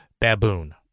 baboon